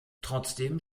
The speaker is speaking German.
trotzdem